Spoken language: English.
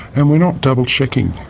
and we're not double checking